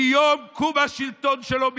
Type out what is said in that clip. מיום קום השלטון שלו,